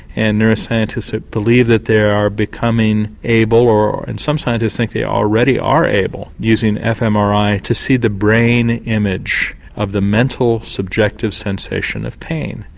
and neuroscientists ah believe that they are becoming able or and some scientists think they already are able, using fmri, to see the brain image of the mental subjective sensation of pain.